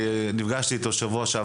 איגוד הטניס לא נוגע בזה,